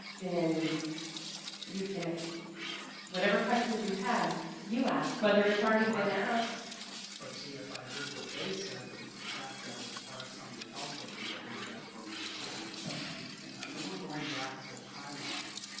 then you can whatever questions you have you ask whether it's already been asked but see if i heard what they said that perhaps that would spark something else that would be of interest for me this evening and and i know we're going back to the timeline